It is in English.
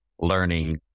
learning